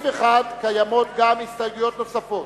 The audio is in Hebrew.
יש לנו "לחלופין (2)".